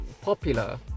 popular